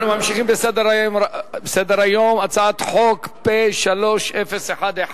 אדוני מבקש ועדת